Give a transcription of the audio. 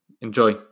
Enjoy